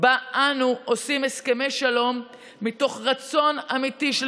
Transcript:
שבה אנו עושים הסכמי שלום מתוך רצון אמיתי של